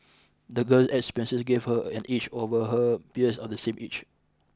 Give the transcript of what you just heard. the girl's experiences gave her an edge over her peers of the same age